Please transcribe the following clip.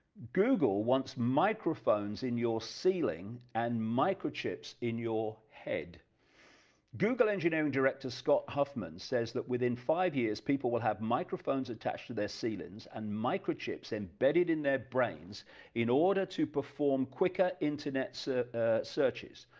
google wants microphones in your ceiling and microchips in your head google engineering director scott hoffman says that within five years people will have microphones attached to their ceilings and microchips embedded in their brains in order to perform quicker internet so ah searches,